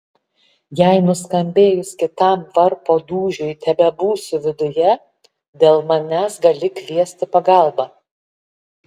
jei nuskambėjus kitam varpo dūžiui tebebūsiu viduje dėl manęs gali kviesti pagalbą